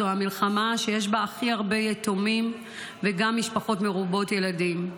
זו המלחמה שיש בה הכי הרבה יתומים וגם משפחות מרובות ילדים.